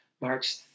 March